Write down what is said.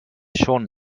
schon